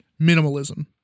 minimalism